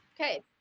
Okay